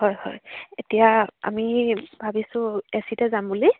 হয় হয় এতিয়া আমি ভাবিছোঁ এচিতে যাম বুলি